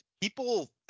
people